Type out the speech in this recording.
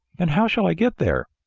and how shall i get there?